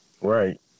Right